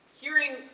hearing